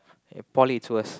in poly it's worst